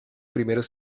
primeros